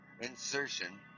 Insertion